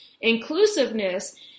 Inclusiveness